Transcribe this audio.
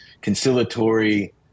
conciliatory